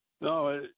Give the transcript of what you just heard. No